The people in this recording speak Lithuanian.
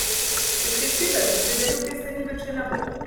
iš teisybės didelių keistenybių čia nebuvo